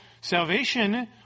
salvation